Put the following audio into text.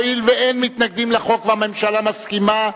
הואיל ואין מתנגדים לחוק והממשלה מסכימה,